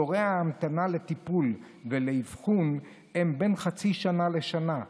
תורי ההמתנה לטיפול ולאבחון הם בין חצי שנה לשנה.